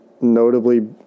notably